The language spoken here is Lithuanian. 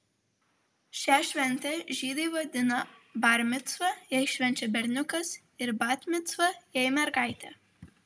šią šventę žydai vadina bar micva jei švenčia berniukas ir bat micva jei mergaitė